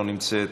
לא נמצאת,